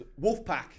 Wolfpack